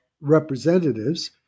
representatives